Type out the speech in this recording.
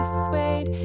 swayed